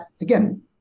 again